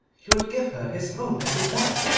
he would give her his own little bed,